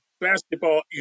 basketball